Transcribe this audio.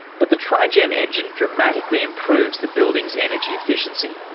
but the trigen engine dramatically improves the building's energy efficiency.